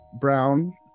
brown